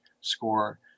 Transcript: score